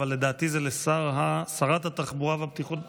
אבל לדעתי זה לשרת התחבורה והבטיחות בדרכים,